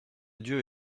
dieu